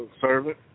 Servant